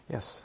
Yes